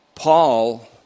Paul